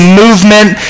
movement